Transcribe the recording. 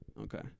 Okay